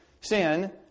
sin